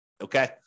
Okay